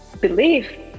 belief